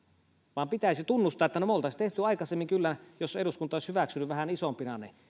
vaan pitäisi tunnustaa että no me olisimme tehneet aikaisemmin kyllä jos eduskunta olisi hyväksynyt ne vähän isompina